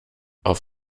auf